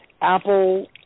Apple